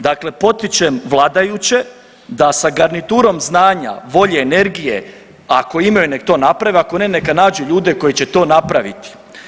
Dakle potičem vladajuće da sa garniturom znanja, volje, energije, ako imaju nek to naprave, ako ne neka nađu ljude koji će to napraviti.